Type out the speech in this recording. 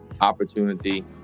opportunity